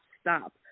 stop